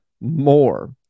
more